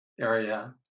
area